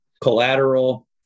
collateral